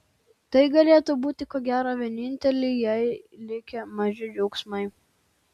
tai galėtų būti ko gero vieninteliai jai likę maži džiaugsmai